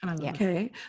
Okay